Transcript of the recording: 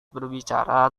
berbicara